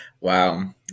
Wow